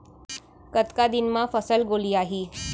कतका दिन म फसल गोलियाही?